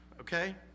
okay